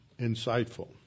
insightful